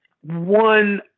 one